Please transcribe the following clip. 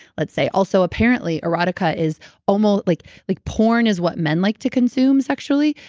let's say. also, apparently, erotica is almost. like like porn is what men like to consume sexually,